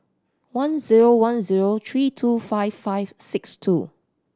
one zero one zero three two five five six two